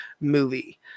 movie